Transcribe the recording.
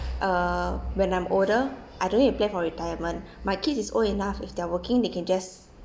uh when I'm older I don't need to plan for retirement my kid is old enough if they're working they can just